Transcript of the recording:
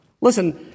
Listen